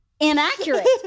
Inaccurate